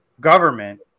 government